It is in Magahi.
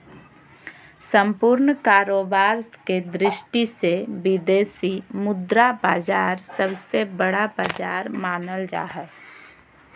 सम्पूर्ण कारोबार के दृष्टि से विदेशी मुद्रा बाजार सबसे बड़ा बाजार मानल जा हय